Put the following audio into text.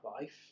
life